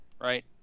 Right